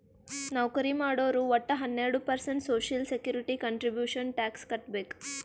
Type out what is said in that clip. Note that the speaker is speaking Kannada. ನೌಕರಿ ಮಾಡೋರು ವಟ್ಟ ಹನ್ನೆರಡು percent social security contribution tax ಕಟ್ಬೇಕ್